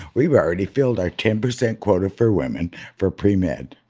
we've already filled our ten percent quota for women for premed.